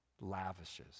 lavishes